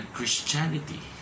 Christianity